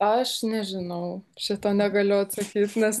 aš nežinau šito negaliu atsakyt nes